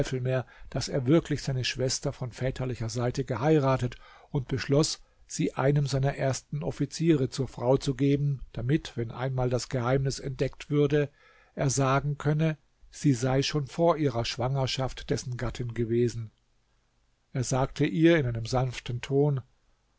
daß er wirklich seine schwester von väterlicher seite geheiratet und beschloß sie einem seiner ersten offiziere zur frau zu geben damit wenn einmal das geheimnis entdeckt würde er sagen könne sie sei schon vor ihrer schwangerschaft dessen gattin gewesen er sagte ihr in einem sanften ton